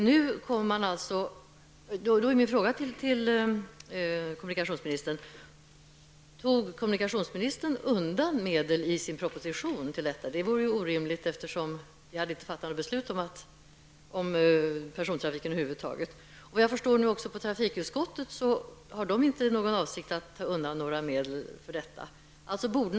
Då är min fråga till kommunikationsministern: Tog kommunikationsministern i sin proposition undan medel för detta? Det vore ju orimligt, eftersom riksdagen inte hade fattat beslut om persontrafiken över huvud taget. Inte heller trafikutskottet har för avsikt att ta undan några medel för detta ändamål.